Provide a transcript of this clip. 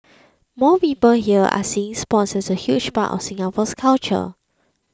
more people here are seeing sports as a huge part of Singapore's culture